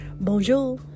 Bonjour